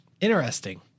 Interesting